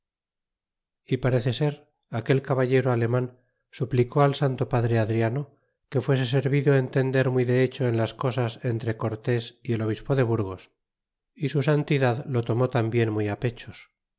y parece ser aquel caballero aleman suplicó al santo padre adriano que fuese servido entender muy de hecho en las cosas entre cortes y el obispo de burgos y su santidad lo tomó tambien muy pechos